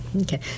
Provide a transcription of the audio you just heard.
okay